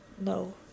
No